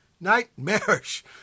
Nightmarish